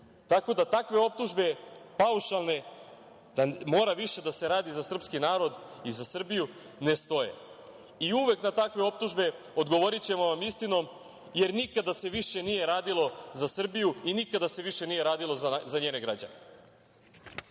da, takve optužbe paušalne, da mora više da se radi za srpski narod i za Srbiju, ne stoje. Uvek na takve optužbe odgovorićemo vam istinom, jer nikada se više nije radilo za Srbiju i nikada se više nije radilo za njene građane. Oko